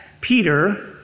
Peter